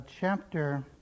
Chapter